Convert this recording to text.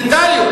מנטליות,